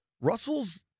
Russell's